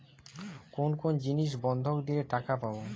কোন কোন জিনিস বন্ধক দিলে টাকা পাব?